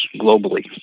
globally